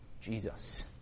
Jesus